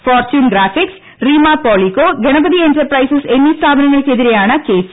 Fortune Graphics Reema Polyco Ganapathi Enterprise എന്നീസ്ഥാപനങ്ങൾക്കെതിരെയാണ് case